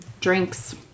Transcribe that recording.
Drinks